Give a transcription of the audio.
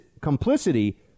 complicity